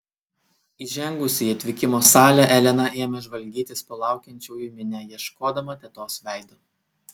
įžengusi į atvykimo salę elena ėmė žvalgytis po laukiančiųjų minią ieškodama tetos veido